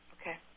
Okay